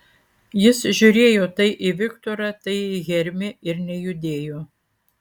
jis žiūrėjo tai į viktorą tai į hermį ir nejudėjo